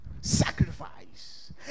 sacrifice